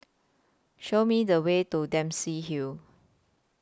Show Me The Way to Dempsey Hill